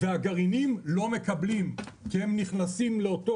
והגרעינים לא מקבלים כי הם נכנסים לאותו